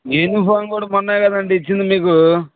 uniform కూడా మొన్నే కదండి ఇచ్చింది మీకు